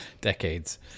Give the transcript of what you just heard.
decades